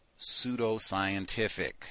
pseudoscientific